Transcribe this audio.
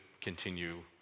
continue